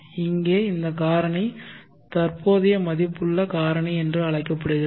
இங்கே இந்த காரணி தற்போதைய மதிப்புள்ள காரணி என்று அழைக்கப்படுகிறது